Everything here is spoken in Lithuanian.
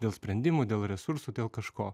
dėl sprendimų dėl resursų dėl kažko